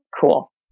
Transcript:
cool